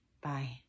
Bye